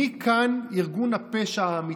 מי כאן ארגון הפשע האמיתי?